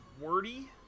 Wordy